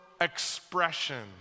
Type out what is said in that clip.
expression